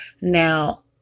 Now